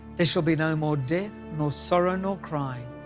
there shall be no more death, nor sorrow, nor crying.